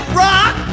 rock